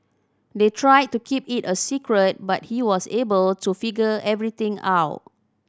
they tried to keep it a secret but he was able to figure everything out